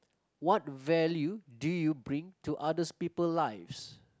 what value do you bring to others people lives